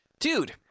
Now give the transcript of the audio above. dude